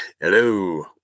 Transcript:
Hello